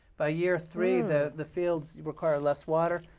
by year three, the the fields require less water,